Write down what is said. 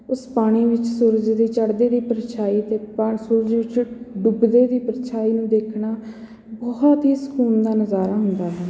ਉਸ ਪਾਣੀ ਵਿੱਚ ਸੂਰਜ ਦੀ ਚੜ੍ਹਦੇ ਦੀ ਪਰਛਾਈ ਅਤੇ ਪਾ ਸੂਰਜ ਵਿੱਚ ਡੁੱਬਦੇ ਦੀ ਪਰਛਾਈ ਨੂੰ ਦੇਖਣਾ ਬਹੁਤ ਹੀ ਸਕੂਨ ਦਾ ਨਜ਼ਾਰਾ ਹੁੰਦਾ ਹੈ